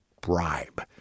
bribe